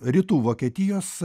rytų vokietijos